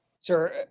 Sir